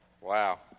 Wow